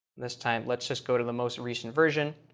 this time, let's just go to the most recent version.